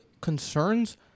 concerns